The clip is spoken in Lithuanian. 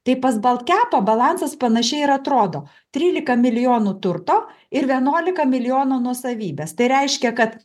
tai pas baltkepą balansas panašiai ir atrodo trylika milijonų turto ir vienuolika milijonų nuosavybės tai reiškia kad